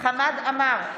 חמד עמאר,